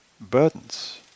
burdens